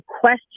question